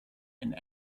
and